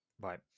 Right